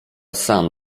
sam